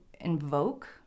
invoke